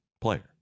player